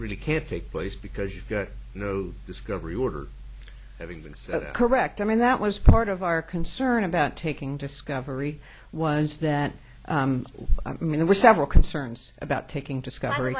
really can't take place because you've got no discovery order having been so that correct i mean that was part of our concern about taking discovery was that i mean there were several concerns about taking